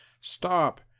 stop